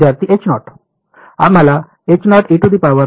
विद्यार्थी H not